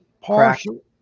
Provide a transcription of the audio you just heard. partial